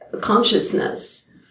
consciousness